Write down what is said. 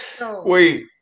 Wait